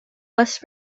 west